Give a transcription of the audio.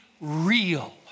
real